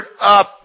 up